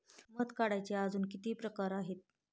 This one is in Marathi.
मध काढायचे अजून किती प्रकार आहेत?